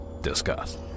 discuss